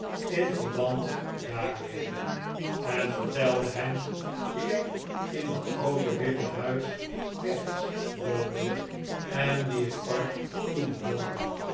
in verband daarmede en vertelde hem wie er in dat groote witte huis rechts woonde en wien het park toebehoorde